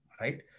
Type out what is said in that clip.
right